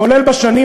כולל בשנים,